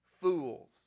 fools